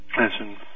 Listen